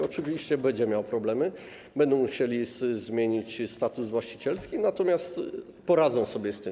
Oczywiście będą mieli problemy, będą musieli zmienić status właścicielski, natomiast poradzą sobie z tym.